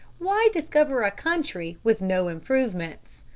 why discover a country with no improvements?